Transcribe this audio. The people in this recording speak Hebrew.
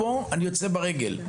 אני יוצא מפה ברגל.